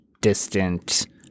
distant